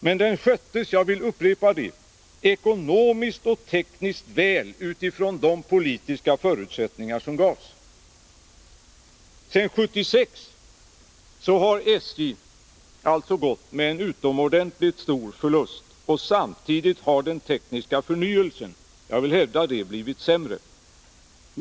Men den sköttes — jag vill upprepa det — ekonomiskt och tekniskt väl utifrån de politiska förutsättningar som gavs. Sedan 1976 har SJ gått med utomordentligt stor förlust, samtidigt som den tekniska förnyelsen — jag vill hävda det — blivit sämre.